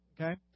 okay